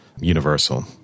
universal